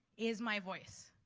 is my voice.